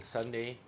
Sunday